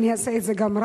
וגם אעשה את זה רשמית.